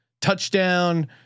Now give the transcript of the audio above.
touchdown